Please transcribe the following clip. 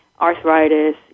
arthritis